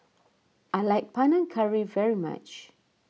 I like Panang Curry very much